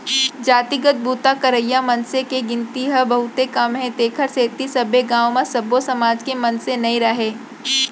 जातिगत बूता करइया मनसे के गिनती ह बहुते कम हे तेखर सेती सब्बे गाँव म सब्बो समाज के मनसे नइ राहय